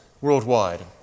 worldwide